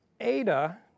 Ada